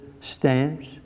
stance